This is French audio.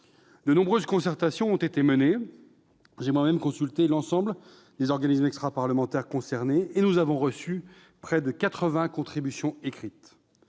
De nombreuses concertations ont été menées. J'ai moi-même consulté l'ensemble des organismes extraparlementaires concernés et nous avons reçu près de quatre-vingts contributions écrites.